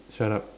shut up